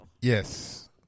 Yes